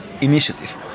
initiative